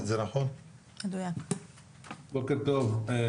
בוקר טוב,